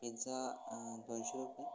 pizza दोनशे रुपये